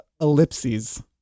Ellipses